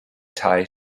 tai